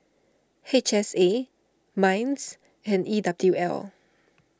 H S A Minds and E W L